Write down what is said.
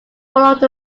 followed